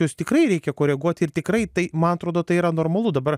juos tikrai reikia koreguot ir tikrai tai man atrodo tai yra normalu dabar